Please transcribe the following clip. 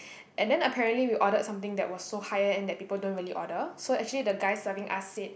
and then apparently we ordered something that was so high end that people don't really order so actually the guy serving us said